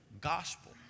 gospel